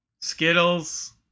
skittles